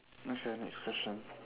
okay next question